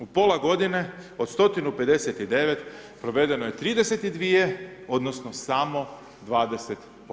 U pola godine od 159, provedeno je 32-ije, odnosno samo 20%